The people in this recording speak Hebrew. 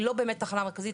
היא לא באמת תחנה מרכזית.